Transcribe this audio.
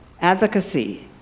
advocacy